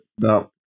no